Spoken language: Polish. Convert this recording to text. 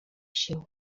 się